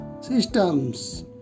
systems